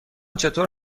چطور